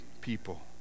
people